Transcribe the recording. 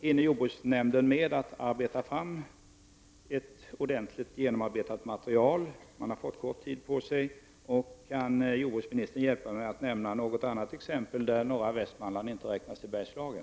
Hinner jordbruksnämnden med att framställa ett ordentligt genomarbetat material? Den har fått god tid på sig. Kan jordbruksministern hjälpa mig och nämna något annat exempel där norra Västmanland inte räknas till Bergslagen?